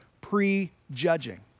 prejudging